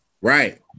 right